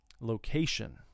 location